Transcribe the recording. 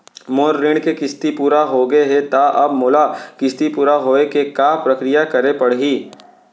मोर ऋण के किस्ती पूरा होगे हे ता अब मोला किस्ती पूरा होए के का प्रक्रिया करे पड़ही?